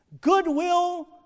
goodwill